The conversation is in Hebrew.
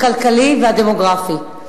הכלכלי והדמוגרפי.